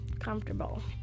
comfortable